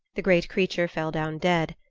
the great creature fell down dead.